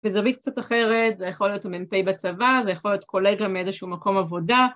‫בזווית קצת אחרת, ‫זה יכול להיות המ"פ בצבא, ‫זה יכול להיות קולגה ‫מאיזשהו מקום עבודה,